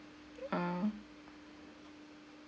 ah